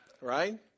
Right